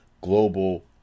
Global